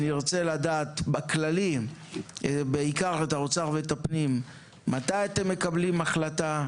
נרצה לדעת מהאוצר והפנים מתי הם מקבלים החלטה,